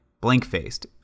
Blank-faced